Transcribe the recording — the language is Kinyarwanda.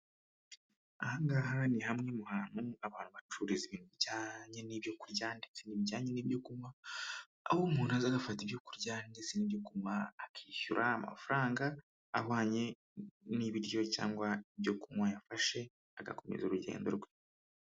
Aha ngaha ni hamwe mu hantu abantu bacururiza ibintu bijyanjyanye n'ibyo kurya ndetse n'ibintu bijyanye n'ibyo kunywa, aho umuntu aza agafata ibyo kurya ndetse n'ibyo kuywa akishyura amafaranga ahwanye n'ibiryo cyangwa ibyo kunywa yafashe, agakomeza urugendo rwe.